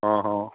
ਹਾਂ ਹਾਂ